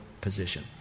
position